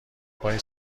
پای